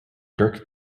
dirk